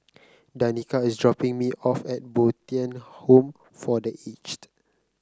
Danika is dropping me off at Bo Tien Home for The Aged